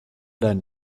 deinen